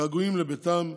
געגועים לביתם,